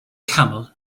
camel